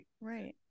Right